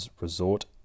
resort